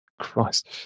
Christ